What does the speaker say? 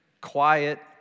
quiet